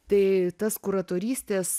tai tas kuratorystės